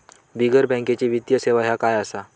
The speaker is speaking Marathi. बिगर बँकेची वित्तीय सेवा ह्या काय असा?